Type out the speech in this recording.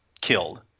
killed